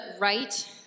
right